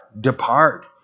Depart